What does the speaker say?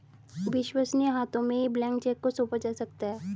विश्वसनीय हाथों में ही ब्लैंक चेक को सौंपा जा सकता है